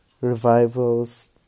revivals